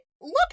Look